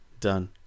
done